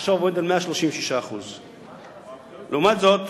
עכשיו הוא 136%. לעומת זאת,